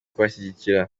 kubashyigikira